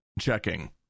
checking